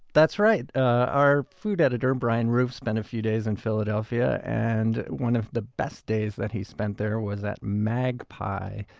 that's right. our food editor, and bryan roof, spent a few days in philadelphia, and one of the best days that he spent there was at magpie,